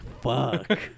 fuck